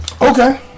Okay